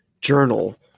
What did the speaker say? journal